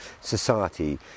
society